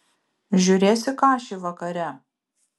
žiūrėsi kašį vakare